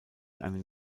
einen